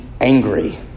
angry